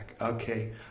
Okay